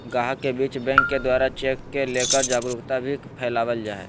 गाहक के बीच बैंक के द्वारा चेक के लेकर जागरूकता भी फैलावल जा है